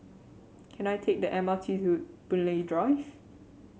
can I take the M R T to Boon Lay Drive